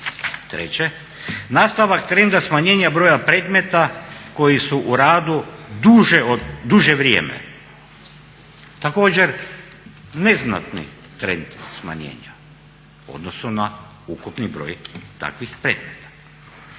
Treće. Nastavak trenda smanjenja broja predmeta koji su u radu duže vrijeme također neznatni trend smanjenja u odnosu na ukupni broj takvih predmeta.